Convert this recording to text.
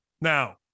Now